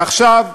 ועכשיו,